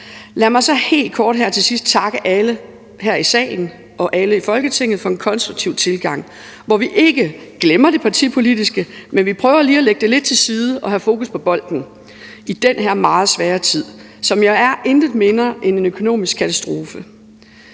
Lad mig så helt kort her til sidst takke alle her i salen og alle i Folketinget for en konstruktiv tilgang, hvor vi ikke glemmer det partipolitiske, men hvor vi lige prøver at lægge det lidt til side og have fokus på bolden i den her meget svære tid, som jo er intet mindre end en økonomisk katastrofe.